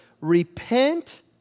Repent